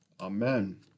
Amen